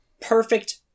perfect